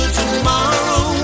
tomorrow